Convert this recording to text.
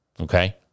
okay